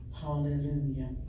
Hallelujah